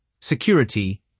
security